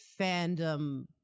fandom